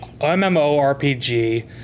MMORPG